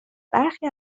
برخی